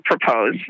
propose